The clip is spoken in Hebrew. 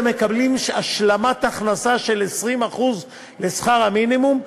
הם מקבלים השלמת הכנסה של 20% לשכר המינימום,